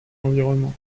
environnement